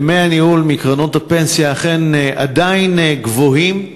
דמי הניהול מקרנות הפנסיה עדיין גבוהים.